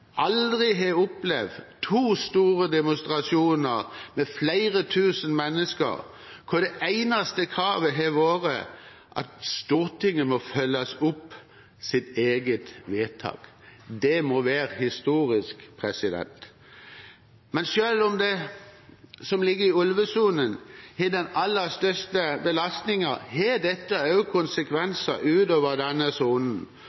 aldri har opplevd to store demonstrasjoner med flere tusen mennesker hvor det eneste kravet har vært at Stortinget må følge opp sitt eget vedtak. Det må være historisk. Men selv om det som ligger i ulvesonen, har den aller største belastningen, har dette også konsekvenser utover denne sonen.